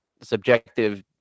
subjective